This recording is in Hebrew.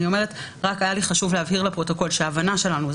רק חשוב לי להבהיר לפרוטוקול שההבנה שלנו היא